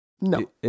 No